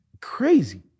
crazy